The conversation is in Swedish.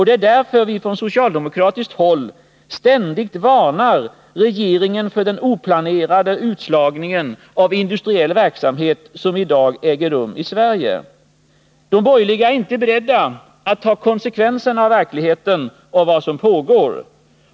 Det är därför vi från socialdemokratiskt håll ständigt varnar regeringen för den oplanerade utslagning av industriell verksamhet som i dag äger rum i Sverige. De borgerliga är inte beredda att ta konsekvenserna av verkligheten, av vad som pågår.